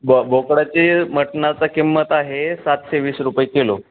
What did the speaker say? ब बोकडाची मटणाचा किंमत आहे सातशे वीस रुपये किलो